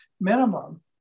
minimum